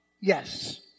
Yes